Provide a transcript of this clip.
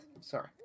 Sorry